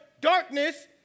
darkness